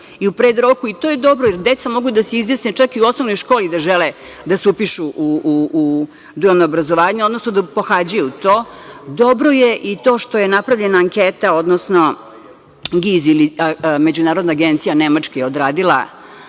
i u predroku, i to je dobro, jer deca mogu da se izjasne čak i u osnovnoj školi da žele da se upišu u dualno obrazovanje, odnosno da pohađaju to. Dobro je i to što je napravljena anketa, odnosno GIZ ili međunarodna agencija Nemačke je odradila